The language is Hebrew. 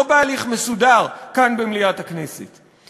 לא בהליך מסודר כאן במליאת הכנסת.